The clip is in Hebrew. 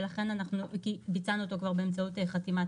ולכן אנחנו ביצענו אותו כבר באמצעות חתימת